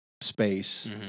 space